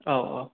औ औ